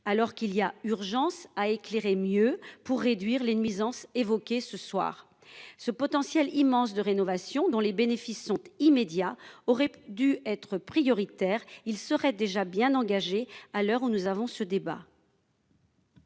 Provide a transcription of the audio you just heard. alors qu'il y a urgence à éclairer mieux pour réduire les nuisances évoqué ce soir ce potentiel immense de rénovation, dont les bénéfices sont immédiats aurait dû être prioritaire, il serait déjà bien engagée. À l'heure où nous avons ce débat.